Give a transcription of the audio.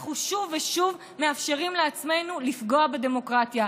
אנחנו שוב ושוב מאפשרים לעצמנו לפגוע בדמוקרטיה.